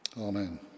amen